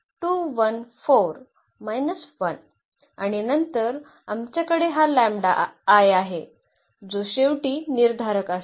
तर आणि नंतर आमच्याकडे हा लॅम्बडा I आहे जो शेवटी निर्धारक असेल